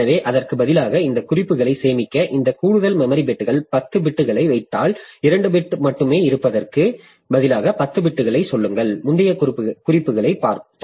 எனவே அதற்கு பதிலாக இந்த குறிப்புகளை சேமிக்க இந்த கூடுதல் மெமரி பிட்டுக்கு 10 பிட்களை வைத்தால் 2 பிட் மட்டுமே இருப்பதற்கு பதிலாக 10 பிட்களைச் சொல்லுங்கள் முந்தைய குறிப்புகளை பார்த்தோம்